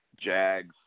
Jags